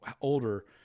older